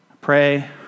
pray